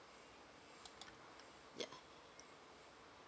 ya